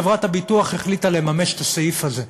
חברת הביטוח החליטה לממש את הסעיף הזה,